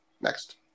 next